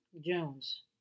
Jones